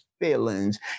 feelings